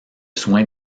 soin